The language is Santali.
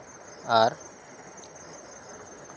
ᱟᱨ